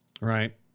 Right